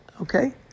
Okay